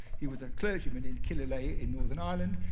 he was a clergyman in killyleagh in northern ireland.